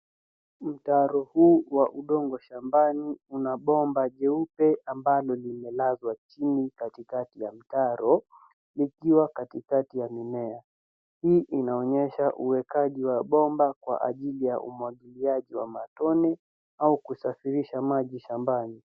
Mtaro huu wa udongo shambani una bomba jeupe ambalo umelazwa chini katikati ya mtaro , likiwa katikati ya mimea . Hii inaonyesha uwekaji wa bomba kwa ajili ya umwagiliaji wa matone au kusafirisha maji shambani.